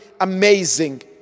amazing